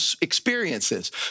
experiences